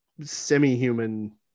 semi-human